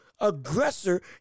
aggressor